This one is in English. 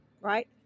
right